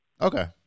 Okay